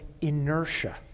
inertia